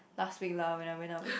last week lah when I went out with